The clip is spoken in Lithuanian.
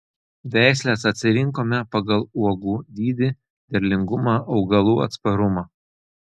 veisles atsirinkome pagal uogų dydį derlingumą augalų atsparumą